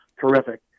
terrific